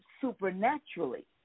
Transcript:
supernaturally